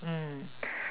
mm